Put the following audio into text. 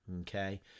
Okay